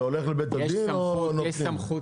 זה הולך לבית הדין או --- יש סמכות